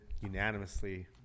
unanimously